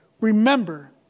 remember